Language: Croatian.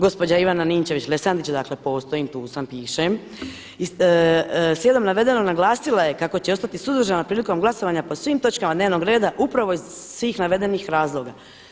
Gospođa Ivana Ninčević-Lesandrić“ dakle postojim tu sam, pišem, „slijedom navedenog naglasila je kako će ostati suzdržana prilikom glasovanja po svim točkama dnevnog reda upravo iz svih navedenih razloga“